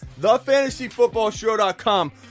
TheFantasyFootballShow.com